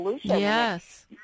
Yes